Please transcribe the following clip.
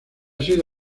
sido